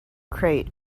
crate